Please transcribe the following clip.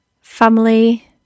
family